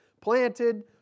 Planted